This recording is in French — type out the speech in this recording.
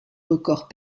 record